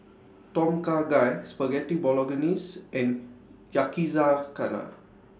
Tom Kha Gai Spaghetti Bolognese and Yakizakana